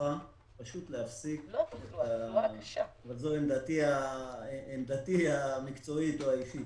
נמוכה - זאת עמדתי המקצועית והאישית